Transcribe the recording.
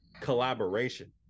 collaboration